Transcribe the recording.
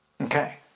Okay